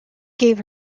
gave